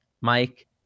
Mike